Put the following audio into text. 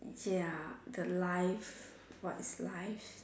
ya the life what is life